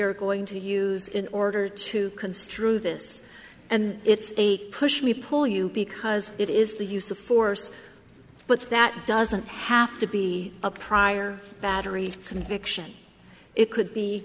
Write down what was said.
are going to use in order to construe this and it's a push me pull you because it is the use of force but that doesn't have to be a prior battery conviction it could be